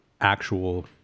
actual